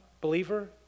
believer